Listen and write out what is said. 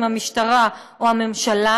אם המשטרה או הממשלה,